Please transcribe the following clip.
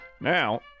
Now